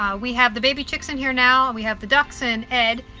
um we have the baby chicks in here now and we have the ducks and ed.